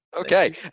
Okay